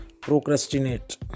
procrastinate